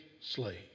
slave